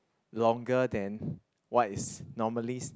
longer than what is normally